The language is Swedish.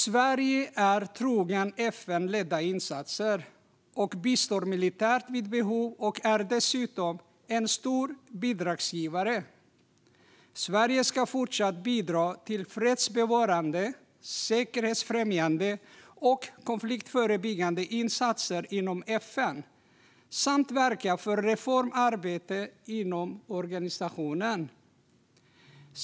Sverige är troget FN-ledda insatser och bistår militärt vid behov. Vi är dessutom en stor bidragsgivare. Sverige ska fortsätta att bidra till fredsbevarande, säkerhetsfrämjande och konfliktförebyggande insatser inom FN och verka för reformarbete inom organisationen.